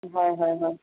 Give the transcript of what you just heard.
হয় হয় হয়